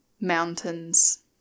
mountains